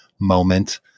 moment